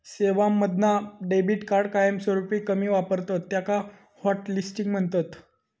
सेवांमधना debit card कायमस्वरूपी कमी वापरतत त्याका हॉटलिस्टिंग म्हणतत